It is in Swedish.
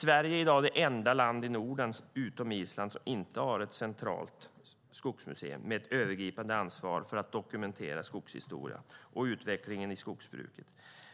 Sverige är i dag det enda land i Norden, utom Island, som inte har ett centralt skogsmuseum med ett övergripande ansvar för att dokumentera skogshistoria och utvecklingen i skogsbruket.